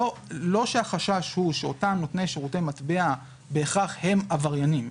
לא שהחשש הוא שאותם נותני שירותי מטבע בהכרח הם עבריינים,